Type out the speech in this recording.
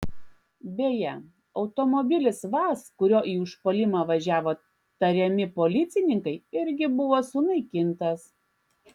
beje automobilis vaz kuriuo į užpuolimą važiavo tariami policininkai irgi buvo sunaikintas